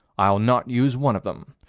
i'll not use one of them.